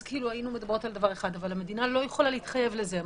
אז היינו מדברות על דבר אחד אבל המדינה לא יכולה להתחייב לזה.